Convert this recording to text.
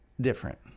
different